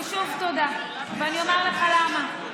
ושוב תודה, ואני אומר לך למה.